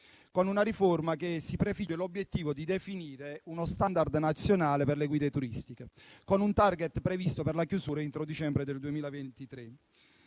con una riforma che si prefigge l'obiettivo di definire uno *standard* nazionale per le guide turistiche con un *target* previsto per la chiusura entro dicembre 2023.